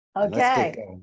Okay